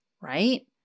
right